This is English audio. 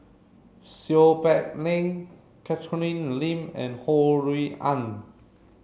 Seow Peck Leng Catherine Lim and Ho Rui An